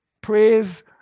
Praise